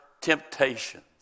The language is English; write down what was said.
temptations